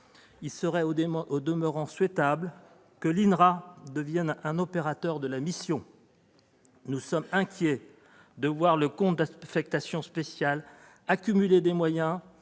Il serait au demeurant souhaitable que l'INRA devienne un opérateur de la mission. Nous sommes inquiets de voir le CAS accumuler des moyens